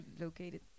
located